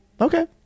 Okay